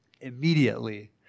immediately